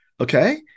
okay